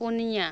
ᱯᱩᱱᱭᱟᱹ